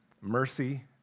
mercy